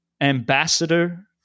ambassador